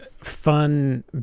fun